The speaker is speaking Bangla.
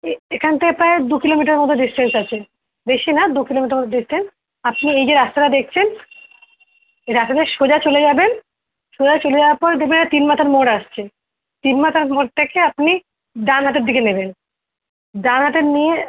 এ এখান থেকে প্রায় দু কিলোমিটার মতো ডিসটেন্স আছে বেশি না দু কিলোমিটার মতো ডিসটেন্স আপনি এই যে রাস্তাটা দেখছেন এই রাস্তা দিয়ে সোজা চলে যাবেন সোজা চলে যাওয়ার পর দেখবেন একটা তিন মাথার মোড় আসছে তিন মাথার মোড় থেকে আপনি ডান হাতের দিকে নেবেন ডান হাতে নিয়ে